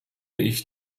ich